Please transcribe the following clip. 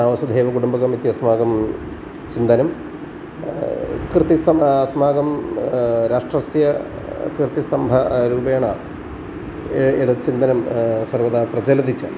वसुधैवकुटुम्बकम् इति अस्माकं चिन्तनं कृतिस्थम् अस्माकं राष्ट्रस्य कृतिस्तम्भरूपेण एतत् चिन्तनं सर्वदा प्रचलति च